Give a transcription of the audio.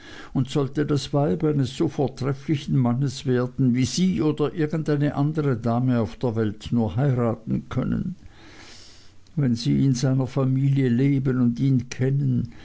und sollte das weib eines so vortrefflichen mannes werden wie sie oder irgend eine andere dame auf der welt nur heiraten können wenn sie in seiner familie leben und ihn kennen